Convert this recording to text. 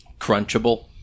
Crunchable